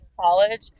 college